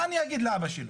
מה אני אגיד לאבא שלו?